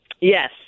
Yes